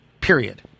period